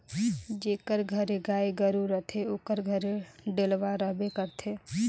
जेकर घरे गाय गरू रहथे ओकर घरे डेलवा रहबे करथे